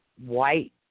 white